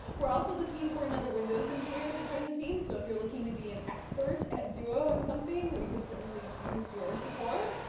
we're also looking for another windows engineer to join the team. so if you're looking to be an expert at duo and something, we can certainly use your support.